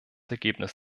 ergebnis